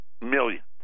millions